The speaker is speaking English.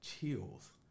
chills